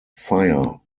fire